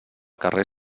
carrer